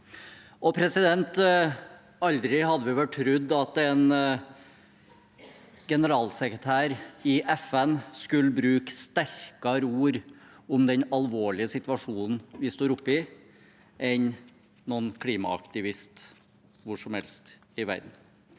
energi. Aldri hadde vi vel trodd at en generalsekretær i FN skulle bruke sterkere ord om den alvorlige situasjonen vi står oppe i, enn noen klimaaktivist hvor som helst i verden.